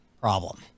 problem